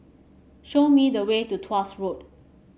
show me the way to Tuas Road